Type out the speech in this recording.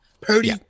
Purdy